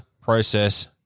process